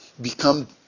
become